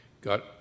got